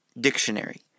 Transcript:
Dictionary